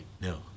no